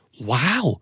wow